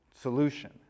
solution